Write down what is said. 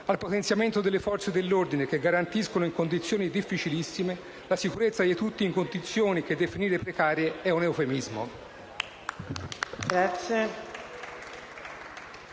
al potenziamento delle Forze dell'ordine, che garantiscono in condizioni difficilissime la sicurezza di tutti in condizioni che definire precarie è un eufemismo.